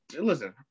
listen